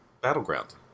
Battleground